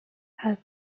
had